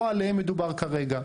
לא עליהם מדובר כרגע.